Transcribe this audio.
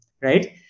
right